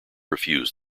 refused